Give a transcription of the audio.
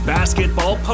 Basketball